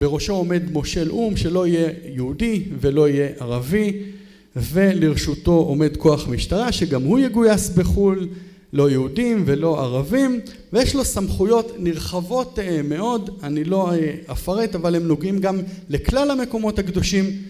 בראשו עומד מושל או״ם שלא יהיה יהודי ולא יהיה ערבי, ולרשותו עומד כוח משטרה שגם הוא יגויס בחו״ל, לא יהודים ולא ערבים, ויש לו סמכויות נרחבות מאוד אני לא אפרט אבל הם נוגעים גם לכלל המקומות הקדושים...